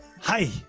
Hi